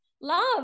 love